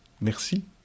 Merci